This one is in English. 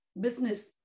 business